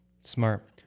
smart